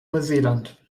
neuseeland